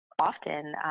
often